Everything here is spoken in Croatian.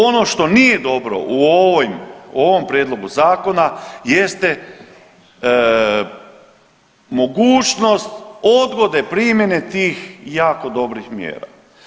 Ono što nije dobro u ovim, u ovom prijedlogu zakona jeste mogućnost odgode primjene tih jako dobrih mjera.